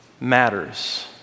matters